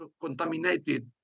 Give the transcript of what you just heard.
contaminated